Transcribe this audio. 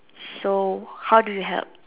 so how do you help